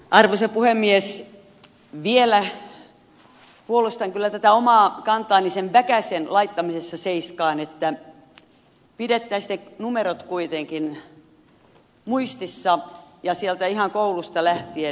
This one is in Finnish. vielä puolustan kyllä tätä omaa kantaani sen väkäsen laittamisessa seiskaan että pidettäisiin ne numerot kuitenkin muistissa ja ihan sieltä koulusta lähtien